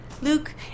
Luke